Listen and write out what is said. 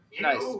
Nice